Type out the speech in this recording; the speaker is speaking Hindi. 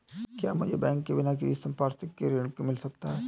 क्या मुझे बैंक से बिना किसी संपार्श्विक के ऋण मिल सकता है?